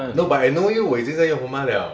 no but I know you 我已经在用 Honma liao